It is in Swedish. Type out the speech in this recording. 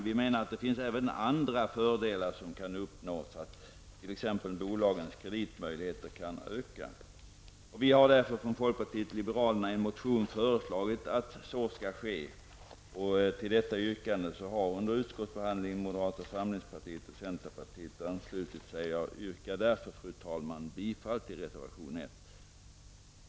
Vi menar att det även finns andra fördelar som kan uppnås, t.ex. ökning av bolagens kreditmöjligheter. Vi i folkpartiet liberalerna har därför i en motion föreslagit att så skall ske. Till detta yrkande har under utskottsbehandlingen moderata samlingspartiet och centerpartiet anslutit sig. Jag yrkar därför, fru talman, bifall till reservation 1.